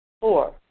Four